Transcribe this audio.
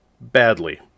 badly